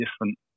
different